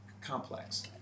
complex